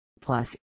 Plus